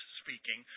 speaking